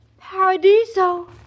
Paradiso